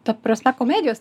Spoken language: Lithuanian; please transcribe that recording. ta prasme komedijos